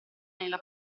nella